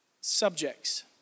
subjects